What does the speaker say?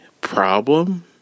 problem